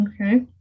Okay